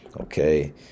okay